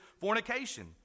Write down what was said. fornication